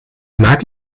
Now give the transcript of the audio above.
maak